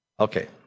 Okay